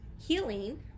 healing